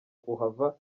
kuhava